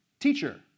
Teacher